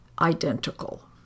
identical